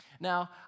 Now